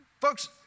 Folks